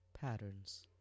patterns